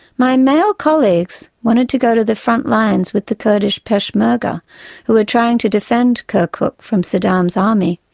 my male colleagues wanted to go to the front lines with the kurdish peshmerga who were trying to defend kirkuk from saddam's army.